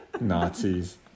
Nazis